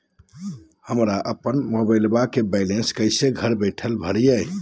हमरा अपन मोबाइलबा के बैलेंस कैसे घर बैठल भरिए?